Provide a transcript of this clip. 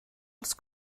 els